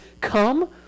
come